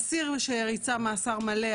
אסיר שריצה מאסר מלא,